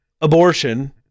abortion